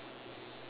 ya